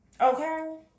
Okay